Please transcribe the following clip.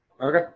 Okay